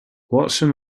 watson